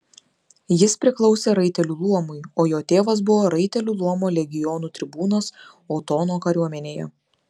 jis priklausė raitelių luomui o jo tėvas buvo raitelių luomo legionų tribūnas otono kariuomenėje